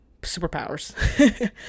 superpowers